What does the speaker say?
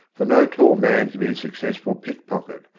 for no tall man can be a successful pickpocket,